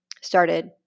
started